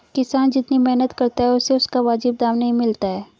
किसान जितनी मेहनत करता है उसे उसका वाजिब दाम नहीं मिलता है